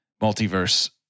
multiverse